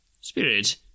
Spirit